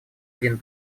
один